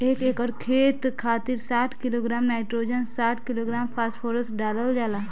एक एकड़ खेत खातिर साठ किलोग्राम नाइट्रोजन साठ किलोग्राम फास्फोरस डालल जाला?